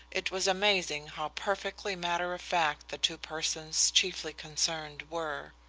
it was amazing how perfectly matter-of-fact the two persons chiefly concerned were.